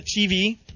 TV